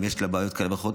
אם יש בעיות כאלה ואחרות,